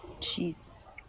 Jesus